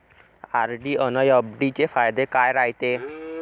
RD अन FD चे फायदे काय रायते?